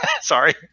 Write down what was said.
sorry